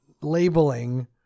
labeling